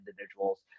individuals